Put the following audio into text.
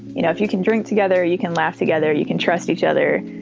you know if you can drink together, you can laugh together, you can trust each other.